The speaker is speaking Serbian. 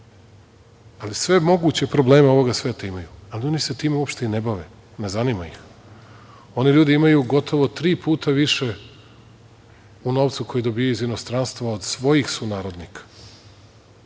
ali sve moguće probleme ovog sveta imaju, ali oni se time uopšte i ne bave, ne zanima ih. Oni ljudi imaju gotovo tri puta više u novcu koji dobijaju iz inostranstva od svojih sunarodnika.